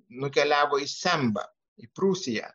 nukeliavo į sembą į prūsiją